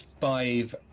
five